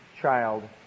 child